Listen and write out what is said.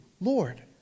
Lord